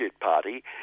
Party